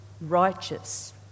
righteous